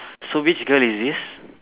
so which girl is this